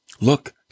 Look